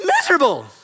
miserable